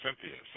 Cynthia